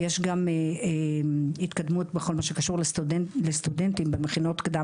יש גם התקדמות בכל מה שקשור לסטודנטים במכינות קדם